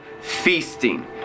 feasting